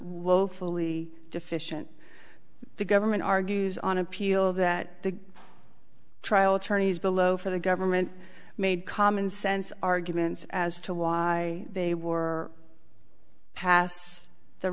woefully deficient the government argues on appeal that the trial attorneys below for the government made common sense arguments as to why they were pass the